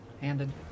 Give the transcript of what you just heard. handed